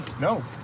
No